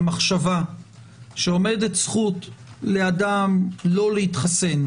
המחשבה שעומדת זכות לאדם לא להתחסן,